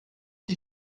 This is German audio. die